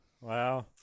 wow